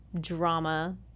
drama